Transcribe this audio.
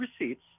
receipts